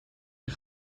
die